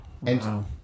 Wow